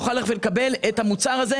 יוכל לקבל את המוצר הזה.